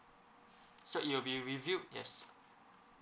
so it will be reviewed yes